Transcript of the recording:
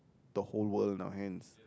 the whole world in our hands